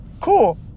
cool